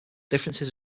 differences